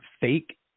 fake